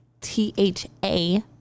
T-H-A